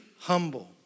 humble